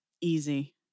easy